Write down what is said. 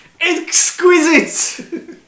Exquisite